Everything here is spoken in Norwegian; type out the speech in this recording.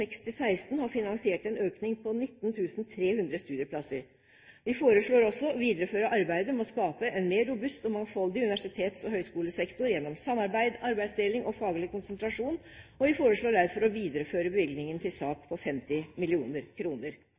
finansiert en økning på 19 300 studieplasser. Vi foreslår også å videreføre arbeidet med å skape en mer robust og mangfoldig universitets- og høyskolesektor gjennom samarbeid, arbeidsdeling og faglig konsentrasjon. Vi foreslår derfor å videreføre bevilgningen til SAK på 50